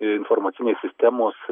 informacinės sistemos